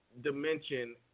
dimension